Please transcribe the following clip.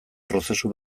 prozesu